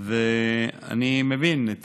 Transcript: ואני מבין את